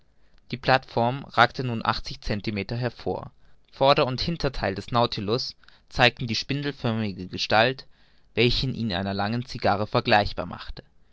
die plateform ragte nur um achtzig centimeter hervor vorder und hintertheil des nautilus zeigten die spindelförmige gestalt welche ihn einer langen cigarre vergleichbar machte